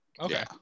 Okay